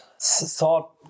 thought